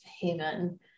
haven